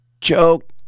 joke